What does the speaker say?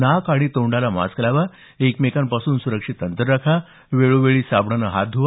नाक आणि तोंडाला मास्क लावा एकमेकांपासून सुरक्षित अंतर राखा वेळोवेळी साबणाने हात धुवा